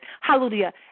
Hallelujah